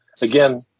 again